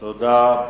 תודה,